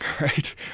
right